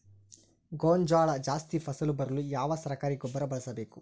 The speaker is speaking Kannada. ಗೋಂಜಾಳ ಜಾಸ್ತಿ ಫಸಲು ಬರಲು ಯಾವ ಸರಕಾರಿ ಗೊಬ್ಬರ ಬಳಸಬೇಕು?